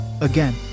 Again